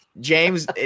James